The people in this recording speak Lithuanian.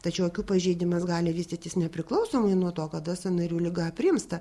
tačiau akių pažeidimas gali vystytis nepriklausomai nuo to kada sąnarių liga aprimsta